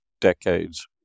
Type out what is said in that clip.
decades